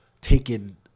taken